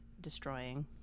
destroying